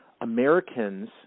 Americans